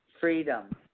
FREEDOM